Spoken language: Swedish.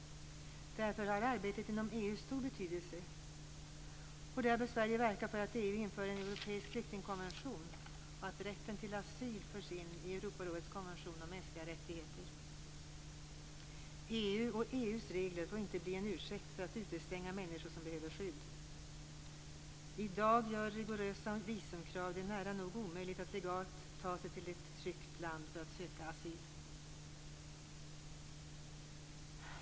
Därför har arbetet inom EU stor betydelse, och där bör Sverige verka för att EU inför en europeisk flyktingkonvention och att rätten till asyl förs in i Europarådets konvention om mänskliga rättigheter. EU och EU:s regler får inte bli en ursäkt för att utestänga människor som behöver skydd. I dag gör rigorösa visumkrav det nära nog omöjligt att legalt ta sig till ett tryggt land för att söka asyl.